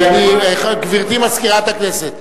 גברתי מזכירת הכנסת,